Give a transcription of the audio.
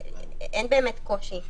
אין באמת קושי.